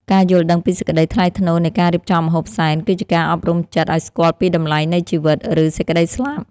ការយល់ដឹងពីសេចក្តីថ្លៃថ្នូរនៃការរៀបចំម្ហូបសែន គឺជាការអប់រំចិត្តឱ្យស្គាល់ពីតម្លៃនៃជីវិត ឬសេចក្តីស្លាប់។